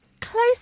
close